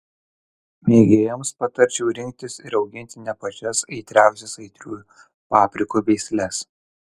mėgėjams patarčiau rinktis ir auginti ne pačias aitriausias aitriųjų paprikų veisles